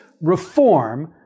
reform